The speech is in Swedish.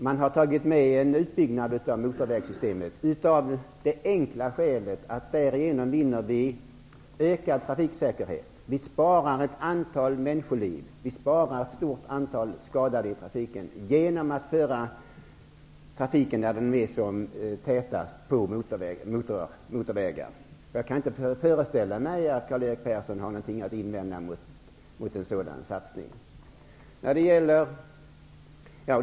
Man har tagit med en utbyggnad av motorvägssystemet av det enkla skälet att vi därigenom vinner ökad trafiksäkerhet. Vi sparar ett antal människoliv, och vi sparar ett stort antal skadade i trafiken genom att föra trafiken där den är som tätast på motorvägar. Jag kan inte föreställa mig att Karl-Erik Persson har något att invända mot en sådan satsning.